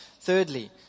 thirdly